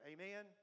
Amen